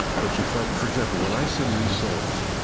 but you'll find for example, when i sing these songs,